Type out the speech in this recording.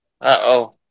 Uh-oh